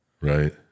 Right